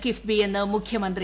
കിഫ്ബിയെന്ന് മുഖ്യമന്ത്രി